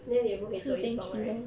then 你也不可以做运动 right